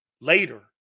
later